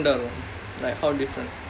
ya pretty different there like how different